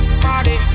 party